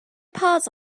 paws